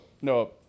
no